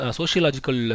sociological